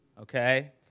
okay